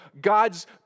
God's